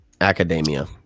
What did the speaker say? academia